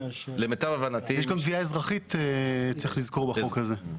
יש גם תביעה אזרחית, צריך לזכור, בחוק הזה.